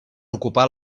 ocupar